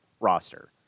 roster